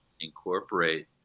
incorporate